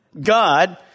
God